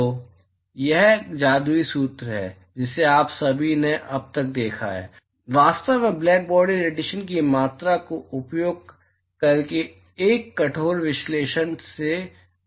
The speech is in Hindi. तो यह जादुई सूत्र जिसे आप सभी ने अब तक देखा है वास्तव में ब्लैकबॉडी रेडिएशन की मात्रा का उपयोग करके एक कठोर विश्लेषण से आता है